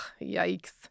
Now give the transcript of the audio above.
yikes